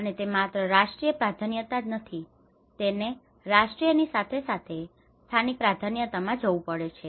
અને તે માત્ર રાષ્ટ્રીય પ્રાધાન્યતા જ નથી તેને રાષ્ટ્રીયની સાથે સાથે સ્થાનિક પ્રાધાન્યતામાં જવું પડશે